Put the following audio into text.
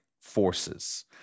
forces